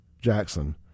Jackson